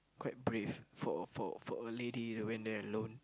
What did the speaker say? quite brave for for for a lady who went there alone